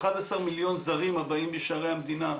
11 מיליון זרים הבאים בשערי המדינה,